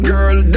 Girl